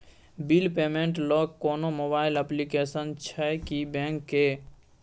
Bill payment ल कोनो mobile application छै की बैंक के?